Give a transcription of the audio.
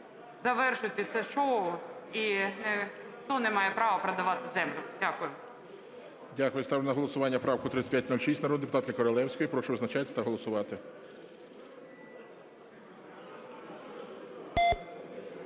Завершуйте це шоу і ніхто не має права продавати землю. Дякую.